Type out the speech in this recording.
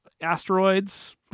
asteroids